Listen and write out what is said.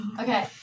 Okay